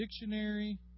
dictionary